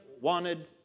wanted